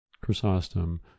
Chrysostom